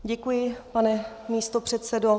Děkuji, pane místopředsedo.